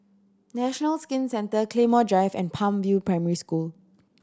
National Skin Centre Claymore Drive and Palm View Primary School